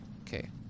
Okay